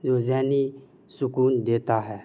جو ذہنی سکون دیتا ہے